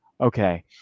Okay